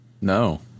No